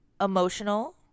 emotional